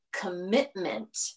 commitment